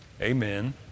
amen